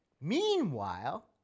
meanwhile